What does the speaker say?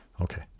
Okay